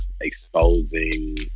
exposing